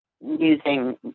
using